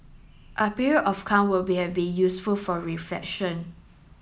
a period of calm would be useful for reflection